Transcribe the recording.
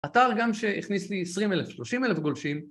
אתר גם שהכניס לי 20,000-30,000 גולשים